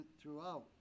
throughout